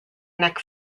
neck